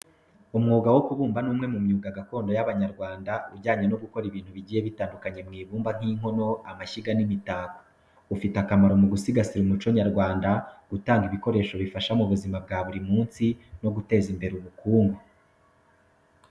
Umwuga wo kubumba ni umwe mu myuga gakondo y’Abanyarwanda ujyanye no gukora ibintu bigiye bitandukanye mu ibumba, nk’inkono, amashyiga, n’imitako. Ufite akamaro mu gusigasira umuco nyarwanda, gutanga ibikoresho bifasha mu buzima bwa buri munsi, no guteza imbere ubukungu.